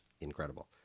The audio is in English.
incredible